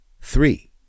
three